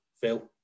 Phil